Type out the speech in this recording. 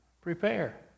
prepare